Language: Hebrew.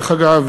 דרך אגב,